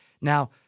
now